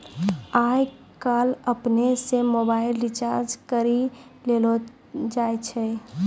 आय काइल अपनै से मोबाइल रिचार्ज करी लेलो जाय छै